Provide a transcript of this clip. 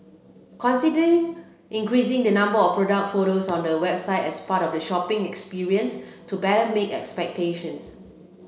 consider increasing the number of product photos on your website as part of the shopping experience to better meet expectations